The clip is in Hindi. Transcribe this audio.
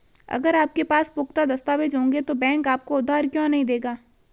अगर आपके पास पुख्ता दस्तावेज़ होंगे तो बैंक आपको उधार क्यों नहीं देगा?